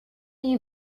you